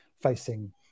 facing